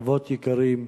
אבות יקרים,